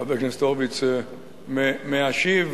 חבר הכנסת הורוביץ, מה אשיב.